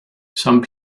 some